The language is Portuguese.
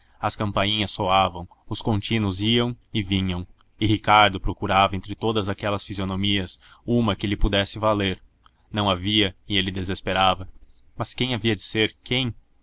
as campainhas soavam os contínuos iam e vinham e ricardo procurava entre todas aquelas fisionomias uma que lhe pudesse valer não havia e ele desesperava mas quem havia de ser quem